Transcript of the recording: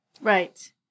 Right